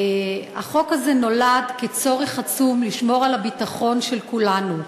החוק הזה נולד כצורך עצום לשמור על הביטחון של כולנו.